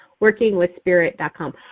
workingwithspirit.com